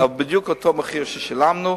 אבל בדיוק את אותו מחיר ששילמנו.